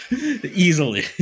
Easily